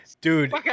Dude